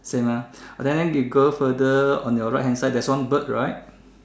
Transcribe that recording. same ah okay then you go further on your right hand side there is one bird right